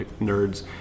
nerds